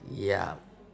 ya